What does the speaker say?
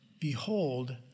Behold